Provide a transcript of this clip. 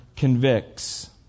convicts